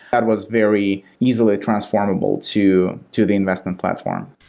that was very easily transformable to to the investment platform.